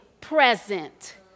present